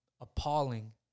appalling